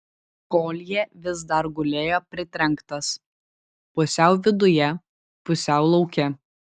koljė vis dar gulėjo pritrenktas pusiau viduje pusiau lauke